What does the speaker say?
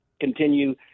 continue